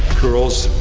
curls,